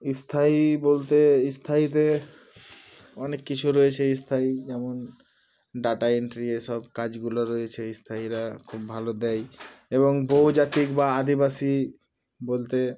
স্থায়ী বলতে স্থায়ীতে অনেক কিছু রয়েছে স্থায়ী যেমন ডেটা এন্ট্রি এসব কাজগুলো রয়েছে স্থায়ীরা খুব ভালো দেয় এবং বহুজাতিক বা আদিবাসী বলতে